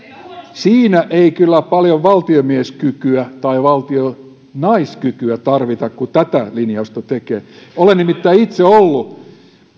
siinä ei kyllä paljon valtiomieskykyä tai valtionaiskykyä tarvita kun tätä linjausta tekee olen nimittäin itse ollut